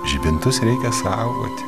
žibintus reikia saugoti